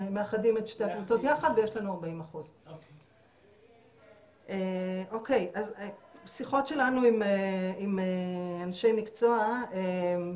מאחדים את שתי הקבוצות ביחד ויש לנו 40%. שיחות שלנו עם אנשי מקצוע העלו